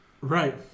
Right